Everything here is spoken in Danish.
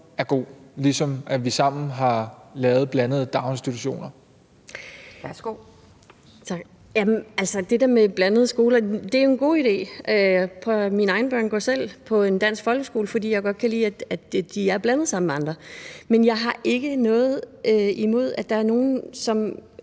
Kjærsgaard): Værsgo. Kl. 12:11 Hanne Bjørn-Klausen (KF): Tak. Jamen det der med blandede skoler er jo en god idé. Mine egne børn går selv i en dansk folkeskole, fordi jeg godt kan lide, at de er blandet sammen med andre. Men jeg har ikke noget imod, at der er nogle, som